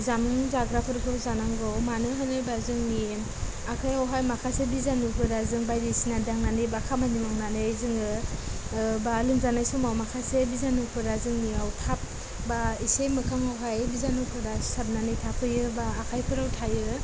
जामुंनि जाग्राफोरखौ जानांगौ मानो होनोबा जोंनि आखायावहाय माखासे बिजानुफोरा जों बायदिसिना दांनानै बा खामानि मावनानै जोङो बा लोमजानाय समाव माखासे बिजानुफोरा जोंनियाव थाब बा एसे मोखांआवहाय बिजानुफोरा सिथाबनानै थाफैयो बा आखाइफोराव थायो